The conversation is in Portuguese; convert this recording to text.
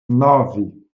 nove